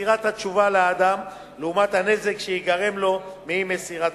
לגביו לעומת הנזק שייגרם לו מאי-מסירתה.